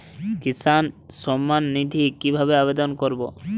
কিষান সম্মাননিধি কিভাবে আবেদন করব?